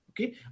Okay